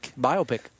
Biopic